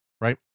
right